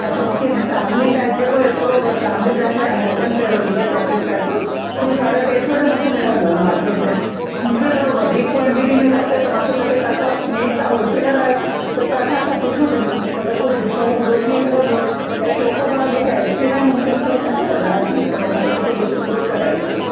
अच्छा मूंखे family pack जेको हिकिड़ो फ़ेमिली पैक में अमेरिकन फ़्लेवर ईंदो आहे चॉकलेट पैक जो हू साढा टे सौ जो मिलंदो आहे मूंखे मार्केट में मूंखे थोरो वधीक क्वांटिटी में खपे त मां सोचा पई तव्हां खां मैन तव्हां होलसेलर आहियो त तव्हां खां असां पुछूं डिम मतिलब कुझु डिस्काउंट हो थी सघंदो ऐं चॉकोबार जेकी आइसक्रीम आहे न मूंखे मूंखे हिन जा हज़ार पीस खपनि मूमखे किथे डिस्ट्रीब्यूट कराइणी आहे